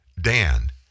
Dan